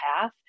path